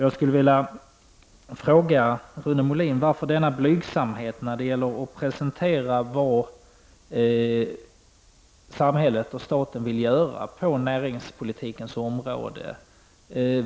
Jag skulle vilja fråga Rune Molin: Varför denna blygsamhet när det gäller att presentera vad samhället och staten vill göra på näringspolitikens område?